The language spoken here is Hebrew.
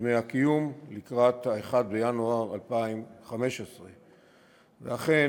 דמי הקיום לקראת 1 בינואר 2015. ואכן,